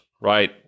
right